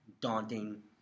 daunting